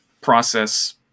process